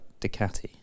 Ducati